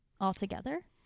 altogether